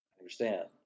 understand